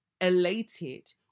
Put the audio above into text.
elated